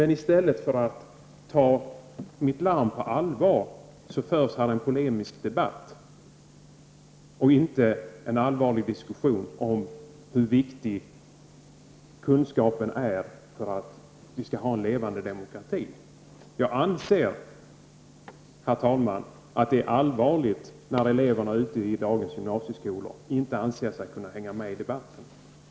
I stället för att ta mitt larm på allvar för han en polemisk debatt och inte en allvarlig diskussion om hur viktig kunskapen är för en levande demokrati. Jag anser, herr talman, att det är allvarligt att eleverna i dagens gymnasieskola inte anser sig kunna hänga med i debatten.